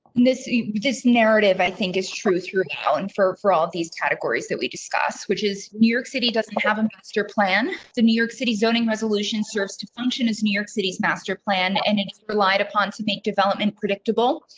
this this narrative, i think is true through helen for, for all of these categories that we discussed, which is new york city doesn't have a master plan to new york city zoning resolution, serves to function as new york city's master plan and then relied upon to make development predictable,